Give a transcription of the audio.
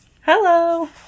Hello